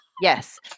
Yes